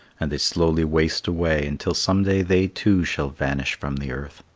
and they slowly waste away until some day they too shall vanish from the earth.